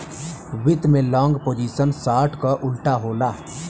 वित्त में long position short क उल्टा होला